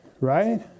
Right